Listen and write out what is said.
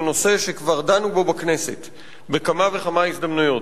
נושא שכבר דנו בו בכנסת בכמה וכמה הזדמנויות,